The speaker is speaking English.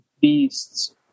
beasts